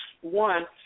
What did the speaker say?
one